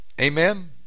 Amen